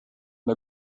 der